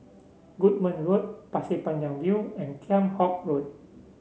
Goodman Road Pasir Panjang View and Kheam Hock Road